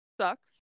sucks